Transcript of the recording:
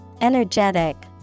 energetic